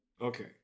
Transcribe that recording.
Okay